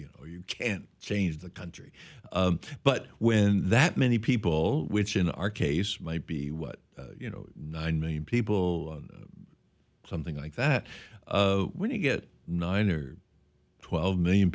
you know you can't change the country but when that many people which in our case might be what you know nine million people something like that when you get nine or twelve million